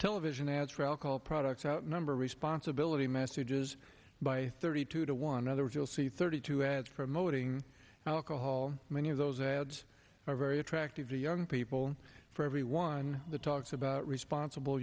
television ads for alcohol products outnumber responsibility messages by thirty two to one another you'll see thirty two ads promoting alcohol many of those ads are very attractive to young people for everyone talks about responsible